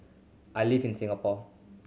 I live in Singapore